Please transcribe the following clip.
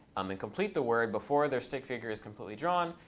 um and complete the word before their stick figure is completely drawn,